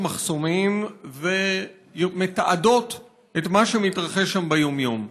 מחסומים ומתעדות את מה שמתרחש שם ביום-יום.